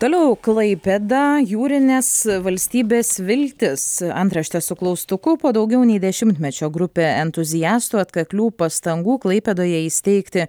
toliau klaipėda jūrinės valstybės viltis antraštė su klaustuku po daugiau nei dešimtmečio grupė entuziastų atkaklių pastangų klaipėdoje įsteigti